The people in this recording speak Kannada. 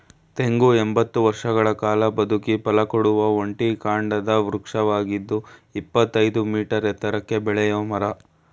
ತೆಂಗು ಎಂಬತ್ತು ವರ್ಷಗಳ ಕಾಲ ಬದುಕಿ ಫಲಕೊಡುವ ಒಂಟಿ ಕಾಂಡದ ವೃಕ್ಷವಾಗಿದ್ದು ಇಪ್ಪತ್ತಯ್ದು ಮೀಟರ್ ಎತ್ತರಕ್ಕೆ ಬೆಳೆಯೋ ಮರ